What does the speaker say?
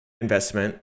investment